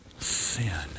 sin